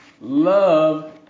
Love